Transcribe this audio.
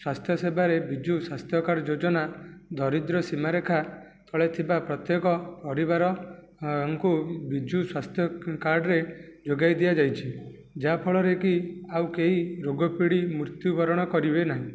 ସ୍ୱାସ୍ଥ୍ୟସେବାରେ ବିଜୁ ସ୍ୱାସ୍ଥ୍ୟ କାର୍ଡ଼ ଯୋଜନା ଦରିଦ୍ର ସୀମାରେଖା ତଳେ ଥିବା ପ୍ରତ୍ୟେକ ପରିବାର ଙ୍କୁ ବିଜୁ ସ୍ୱାସ୍ଥ୍ୟ କାର୍ଡ଼ରେ ଯୋଗାଇ ଦିଆଯାଇଛି ଯାହା ଫଳରେକି ଆଉ କେହି ରୋଗ ପଡ଼ି ମୃତ୍ୟୁବରଣ କରିବେନାହିଁ